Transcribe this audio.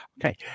Okay